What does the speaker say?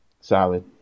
solid